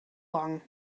lang